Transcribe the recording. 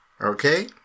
okay